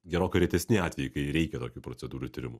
gerokai retesni atvejai kai reikia tokių procedūrų tyrimų